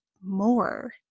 more